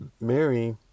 Mary